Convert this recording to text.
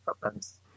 problems